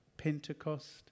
Pentecost